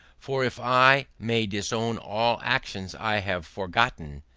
for if i may disown all actions i have forgotten,